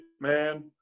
man